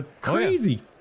crazy